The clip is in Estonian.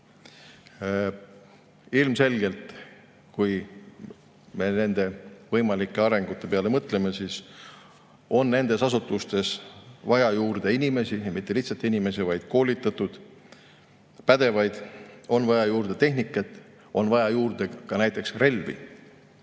Ilmselgelt, kui me nende võimalike arengu[suundade] peale mõtleme, siis on nendes asutustes vaja juurde inimesi, ja mitte lihtsalt inimesi, vaid koolitatud ja pädevaid [inimesi]. On vaja juurde tehnikat, on vaja juurde relvi